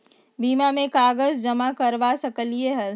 बीमा में कागज जमाकर करवा सकलीहल?